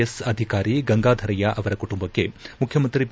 S ಅಧಿಕಾರಿ ಗಂಗಾಧರಯ್ಕ ಅವರ ಕುಟುಂಬಕ್ಕೆ ಮುಖ್ಯಮಂತ್ರಿ ಬಿ